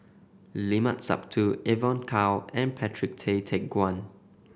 Limat Sabtu Evon Kow and Patrick Tay Teck Guan